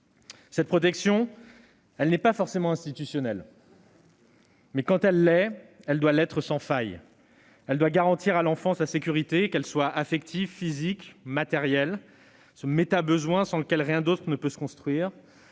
Cette protection n'est pas forcément institutionnelle, mais quand elle l'est, elle doit être sans faille. Elle doit garantir à l'enfant sa sécurité affective, physique et matérielle, ce « méta-besoin » sans lequel rien d'autre ne peut se construire,